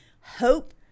hope